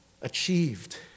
achieved